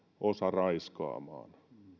osa raiskaamaan